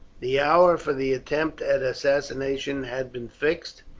the hour for the attempt at assassination had been fixed,